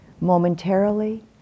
momentarily